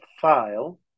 file